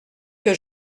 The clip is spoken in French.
que